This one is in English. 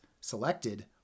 selected